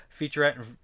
featurette